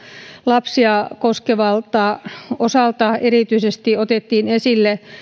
lapsia koskevalta osalta otettiin erityisesti esille